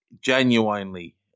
genuinely